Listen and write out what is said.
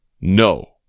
no